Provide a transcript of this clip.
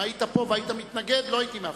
אם היית פה והיית מתנגד, לא הייתי מאפשר.